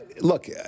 Look